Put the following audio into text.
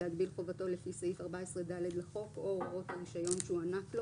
להגביל חובתו לפי סעיף 14ד לחוק או הוראות הרישיון שהוענק לו